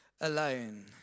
alone